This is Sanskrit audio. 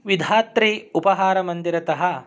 विधात्रि उपाहारमन्दिरतः